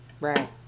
Right